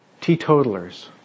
Teetotalers